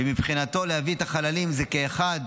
ומבחינתו להביא את החללים זה כאחד.